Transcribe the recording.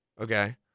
okay